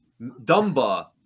Dumba